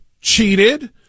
cheated